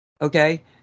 Okay